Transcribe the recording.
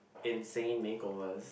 insane makeovers